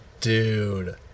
Dude